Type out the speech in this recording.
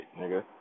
nigga